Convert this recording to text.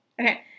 Okay